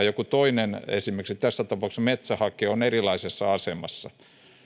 joku toinen energiamuoto esimerkiksi tässä tapauksessa metsähake on erilaisessa asemassa